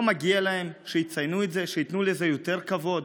לא מגיע להם שיציינו את זה, שייתנו לזה יותר כבוד?